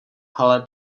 hale